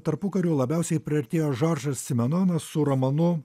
tarpukariu labiausiai priartėjo žoržas simenonas su romanu